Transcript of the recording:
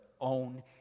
own